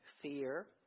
Fear